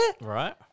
Right